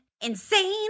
Insane